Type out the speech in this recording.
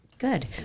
Good